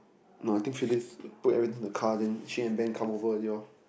no I think Phyllis put everything in the car then she and Ben come over already loh